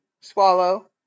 swallow